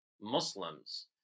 Muslims